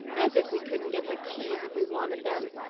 as if we couldn't get the keys if we wanted them!